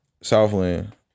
Southland